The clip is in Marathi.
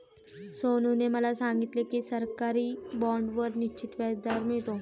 सोनूने मला सांगितले की सरकारी बाँडवर निश्चित व्याजदर मिळतो